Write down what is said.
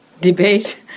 Debate